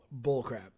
bullcrap